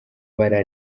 bara